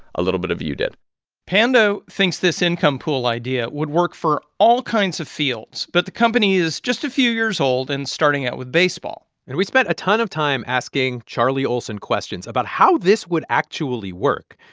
a little bit of you did pando thinks this income pool idea would work for all kinds of fields. but the company is just a few years old and starting out with baseball and we spent a ton of time asking charlie olson questions about how this would actually work.